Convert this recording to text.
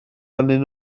arnyn